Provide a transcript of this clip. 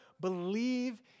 believe